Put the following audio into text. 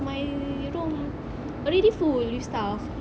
my room already full with stuff